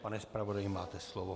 Pane zpravodaji, máte slovo.